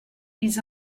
ils